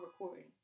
recording